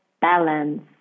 balance